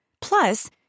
Plus